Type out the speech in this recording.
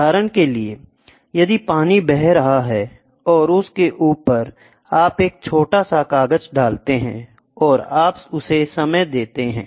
उदाहरण के लिए यदि पानी बह रहा है और उसके ऊपर आप एक छोटा सा कागज डालते हैं और आप उसे समय देते हैं